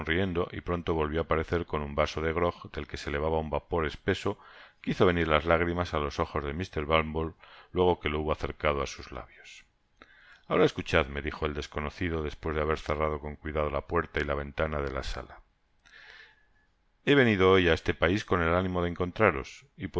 y pronto volvió á aparecer con un vaso de grog del que se elevaba un vapor espeso que hizo venir las lágrimas á los ojos de mr bumble friego que lo hubo acercado á sus lábios ahort escuchadmedijo el desconocido despues de haber cerrado con cuidado la puerta y la ventana de la salahe venido hoy á este pais con el ánimo de encontraros